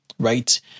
Right